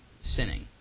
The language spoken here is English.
sinning